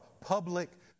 public